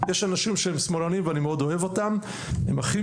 יש אנשים שהם שמאלנים ואני מאוד אוהב אותם הם אחים